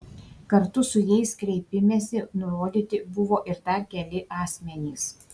kartu su jais kreipimesi nurodyti buvo ir dar keli asmenys